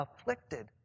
Afflicted